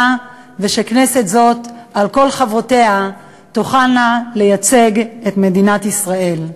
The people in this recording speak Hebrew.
ושכנסת זו על כל חברותיה תוכל לייצג את מדינת ישראל.